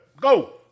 Go